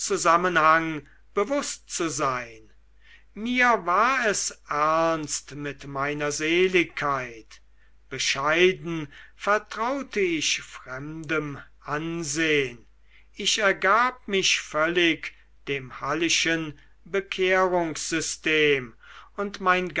zusammenhang bewußt zu sein mir war es ernst mit meiner seligkeit bescheiden vertraute ich fremdem ansehn ich ergab mich völlig dem hallischen bekehrungssystem und mein